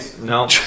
no